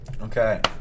Okay